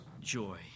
joy